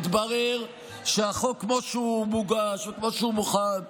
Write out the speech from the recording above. התברר שהחוק כמו שהוא מוגש וכמו שהוא מוכן,